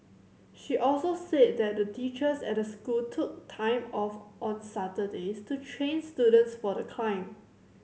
she also said that the teachers at the school took time off on Saturdays to train students for the climb